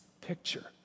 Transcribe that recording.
picture